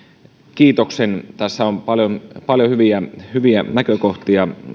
kiitoksen tässä on paljon paljon hyviä hyviä näkökohtia